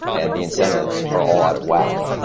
and the incentives are all out of whack.